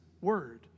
word